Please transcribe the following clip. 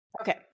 Okay